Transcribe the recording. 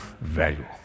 value